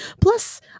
Plus